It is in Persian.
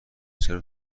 چرا